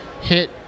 hit